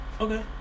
Okay